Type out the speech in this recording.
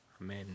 Amen